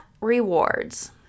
Rewards